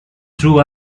true